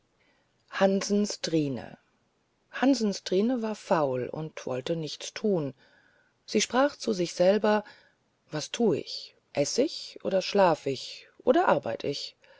hansens trine hansens trine war faul und wollte nichts thun sie sprach zu sich selber was thu ich eß ich oder schlaf ich oder arbeit ich